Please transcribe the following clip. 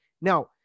Now